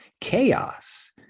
chaos